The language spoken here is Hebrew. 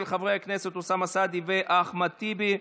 של חברי הכנסת אוסאמה סעדי ואחמד טיבי.